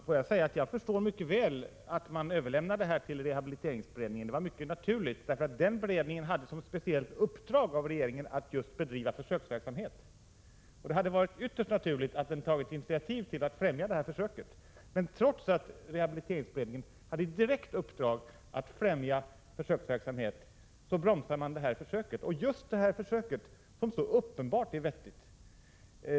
Fru talman! Jag förstår mycket väl varför man har överlämnat denna fråga till rehabiliteringsberedningen. Det var en mycket naturlig åtgärd, eftersom denna beredning hade fått som speciellt uppdrag av regeringen att bedriva försöksverksamhet. Det hade därför också varit ytterst naturligt att den hade tagit initiativ till att främja det aktuella försöket. Men trots att rehabiliteringsberedningen hade detta direkta uppdrag bromsade man försöket, som har en så uppenbart vettig inriktning.